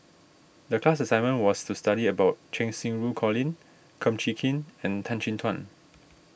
the class assignment was to study about Cheng Xinru Colin Kum Chee Kin and Tan Chin Tuan